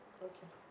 okay